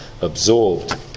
absorbed